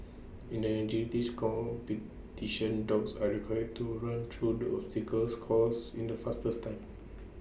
in the agility's competition dogs are required to run through the obstacles course in the fastest time